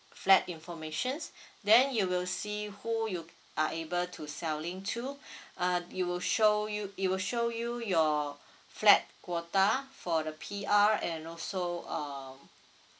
flat informations then you will see who you are able to selling to uh it will show you it will show you your flat quarter for the P_R and also uh